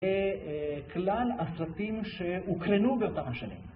כלל הסרטים שהוקרנו בפעם השנית.